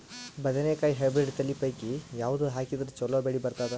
ಬದನೆಕಾಯಿ ಹೈಬ್ರಿಡ್ ತಳಿ ಪೈಕಿ ಯಾವದು ಹಾಕಿದರ ಚಲೋ ಬೆಳಿ ಬರತದ?